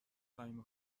فهیمه